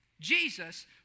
Jesus